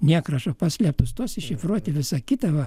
nekrašo paslėptus tuos iššifruoti visa kita va